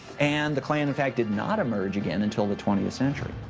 and the klan in fact did not emerge again until the twentieth century.